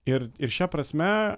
ir ir šia prasme